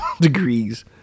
degrees